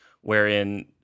wherein